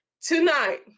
tonight